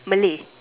Malay